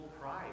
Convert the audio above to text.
pride